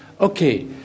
Okay